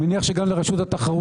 אני מניח שיש אותם גם לרשות התחרות.